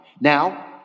Now